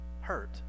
Hurt